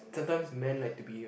sometimes men like to be